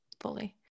fully